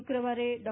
શુક્રવારે ડો